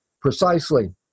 precisely